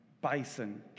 bison